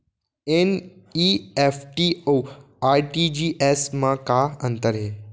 NEFT अऊ RTGS मा का अंतर हे?